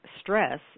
stress